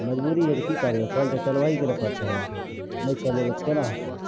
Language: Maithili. मजबुरी हइ तऽ की करबै कल तऽ चलबहीके ने पड़तै हमरा सबके आओर नहि चलेबै तऽ केना होतै